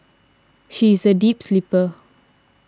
she is a deep sleeper